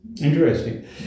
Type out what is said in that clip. Interesting